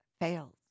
fails